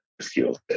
skills